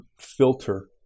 filter